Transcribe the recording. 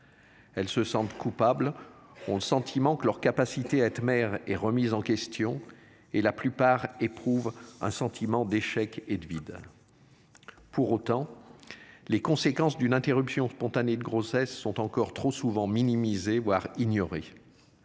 Elles se sentent coupables ont le sentiment que leur capacité à être maire est remise en question et la plupart éprouve un sentiment d'échec et de vide. Pour autant. Les conséquences d'une interruption spontanée de grossesse sont encore trop souvent minimisé voire ignoré.